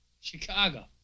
Chicago